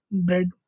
bread